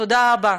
תודה רבה.